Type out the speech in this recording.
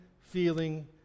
feeling